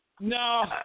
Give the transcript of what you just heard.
No